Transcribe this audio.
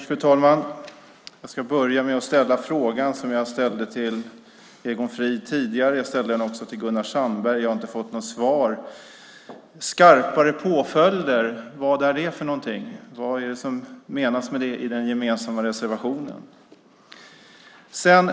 Fru talman! Jag ska börja med att ställa den fråga som jag ställde till Egon Frid tidigare. Jag ställde den också till Gunnar Sandberg. Jag har inte fått något svar. Skarpare påföljder - vad är det för någonting? Vad menas med det i den gemensamma reservationen?